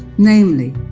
namely,